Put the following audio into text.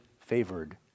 favored